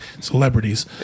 celebrities